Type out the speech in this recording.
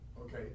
Okay